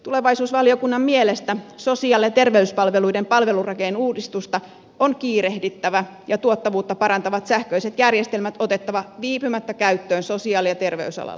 tulevaisuusvaliokunnan mielestä sosiaali ja terveyspalveluiden palvelurakenneuudistusta on kiirehdittävä ja tuottavuutta parantavat sähköiset järjestelmät otettava viipymättä käyttöön sosiaali ja terveysalalla